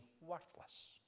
worthless